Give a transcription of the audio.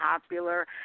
Popular